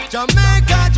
Jamaica